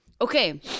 Okay